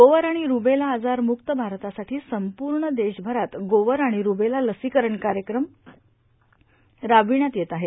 गोवर आणि रूबेला आजार मुक्त भारतासाठी संपूर्ण देशभरात गोवर आणि रूबेला लसीकरण कार्यक्रम राबविण्यात येत आहे